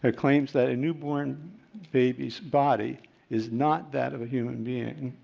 ah claims that a newborn baby's body is not that of a human being.